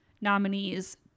nominees